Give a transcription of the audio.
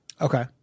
okay